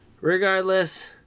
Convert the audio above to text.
regardless